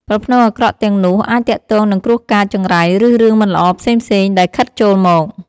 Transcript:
ប្រផ្នូលអាក្រក់ទាំងនោះអាចទាក់ទងនឹងគ្រោះកាច ចង្រៃ ឬរឿងមិនល្អផ្សេងៗដែលខិតចូលមក។